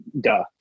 duh